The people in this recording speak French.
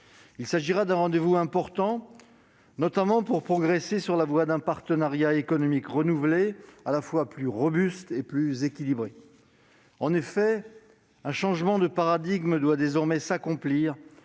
Il s'agira d'un rendez-vous important, notamment pour progresser sur la voie d'un partenariat économique renouvelé, à la fois plus robuste et plus équilibré. En effet, un changement de paradigme est désormais nécessaire